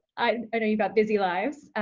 i know you've got busy lives.